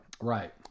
Right